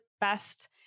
best